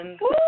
Woo